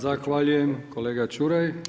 Zahvaljujem kolega Čuraj.